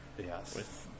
yes